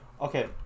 okay